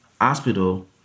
hospital